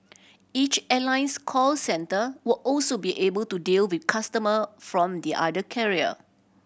each airline's call centre will also be able to deal with customer from the other carrier